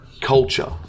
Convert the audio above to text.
culture